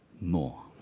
more